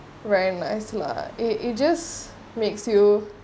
very nice lah it it just makes you